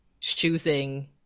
choosing